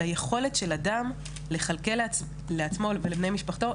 ליכולת של אדם לכלכל לעצמו ולבתי משפחתו,